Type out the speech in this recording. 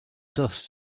dust